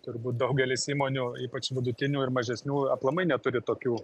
turbūt daugelis įmonių ypač vidutinių ir mažesnių aplamai neturi tokių